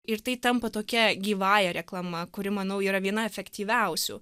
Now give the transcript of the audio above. ir tai tampa tokia gyvąja reklama kuri manau yra viena efektyviausių